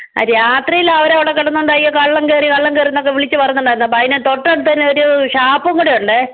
അ രാത്രീലവരവിടെ കിടന്നോണ്ട് അയ്യോ കള്ളൻ കേറി കള്ളൻ കേറീന്നൊക്കെ വിളിച്ച് പറയന്നൊണ്ടായിരുന്നു അപ്പോൾ അതിന് തൊട്ടടുത്തന്നെ ഒര് ഷാപ്പും കൂടൊണ്ടേ